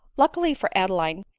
luckily for adeline,